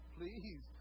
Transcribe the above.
please